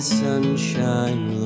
sunshine